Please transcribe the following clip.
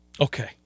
Okay